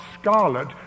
scarlet